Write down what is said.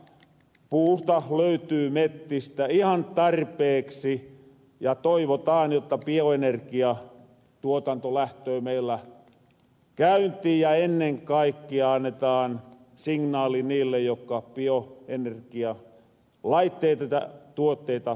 puuta löytyy mettistä ihan tarpeeksi ja toivotaan jotta bioenerkiatuotanto lähtöö meillä käyntiin ja ennen kaikkea annetaan signaali niille jokka bioenerkialaitteita tai tuotteita kehittelöö